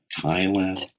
Thailand